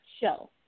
Show